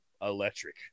electric